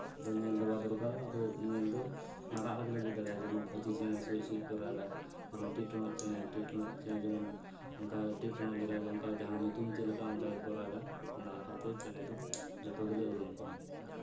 ᱟᱫᱚ ᱧᱮᱞᱰᱚ ᱵᱟᱝ ᱫᱚᱨᱠᱟᱨᱚᱜᱼᱟ ᱟᱫᱚ ᱧᱮᱧᱮᱞ ᱫᱚ ᱨᱟᱜ ᱨᱮᱜᱮᱞᱮ ᱵᱩᱡᱽ ᱫᱟᱲᱮᱜᱼᱟ ᱡᱮᱢᱚᱱ ᱯᱷᱩᱪᱤ ᱪᱮᱬᱮ ᱥᱩᱪ ᱪᱮᱬᱮ ᱥᱩᱪ ᱥᱩᱪ ᱠᱚ ᱨᱟᱜᱟ ᱡᱮᱢᱚᱱ ᱴᱤᱜ ᱴᱚᱲᱚᱜ ᱪᱮᱬᱮ ᱴᱤᱜ ᱴᱚᱲᱚᱜ ᱪᱮᱬᱮ ᱡᱮᱢᱚᱱ ᱚᱱᱠᱟ ᱴᱤᱜ ᱴᱚᱲᱚᱜ ᱞᱮᱠᱟᱜᱮ ᱡᱟᱦᱟᱸ ᱧᱩᱛᱩᱢ ᱪᱮᱫ ᱞᱮᱠᱟ ᱚᱱᱠᱟ ᱜᱮᱠᱚ ᱨᱟᱜᱟ ᱚᱱᱟ ᱤᱠᱟᱹᱛᱮ ᱪᱮᱬᱮ ᱫᱚ ᱡᱚᱛᱚ ᱜᱮᱞᱮ ᱩᱨᱩᱢ ᱠᱚᱣᱟ